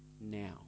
now